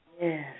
Yes